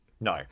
No